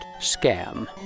scam